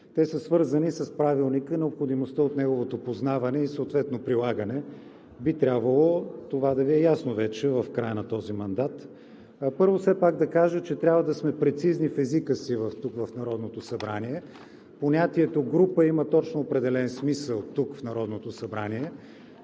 Те са свързани с Правилника и необходимостта от неговото познаване, и съответно прилагане. Би трябвало това да Ви е ясно вече. Първо, все пак да кажа, че трябва да сме прецизни в езика си тук в Народното събрание. Понятието група има точно определен смисъл тук в Народното събрание.